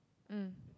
mm